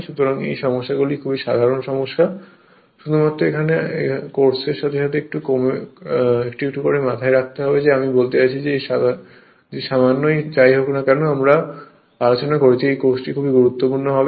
সুতরাং এই সমস্যাগুলো খুবই সাধারণ সমস্যা শুধুমাত্র আসলে এই কোর্সের সাথে একটু একটু করে মাথায় রাখতে হবে আমি বলতে চাচ্ছি যে সামান্যই যাই হোক না কেন আমরা আলোচনা করেছি এই কোর্সটি খুবই গুরুত্বপূর্ণ হবে